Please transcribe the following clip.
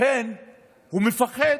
לכן הוא מפחד.